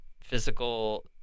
physical